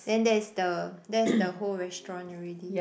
then that is the that's the whole restaurant already